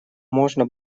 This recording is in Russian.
можно